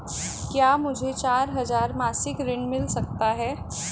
क्या मुझे चार हजार मासिक ऋण मिल सकता है?